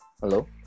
Hello